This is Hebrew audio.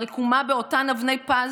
הרקומה באותן אבני פז,